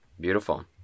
beautiful